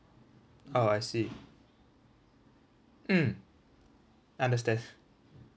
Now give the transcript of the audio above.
orh I see mm understand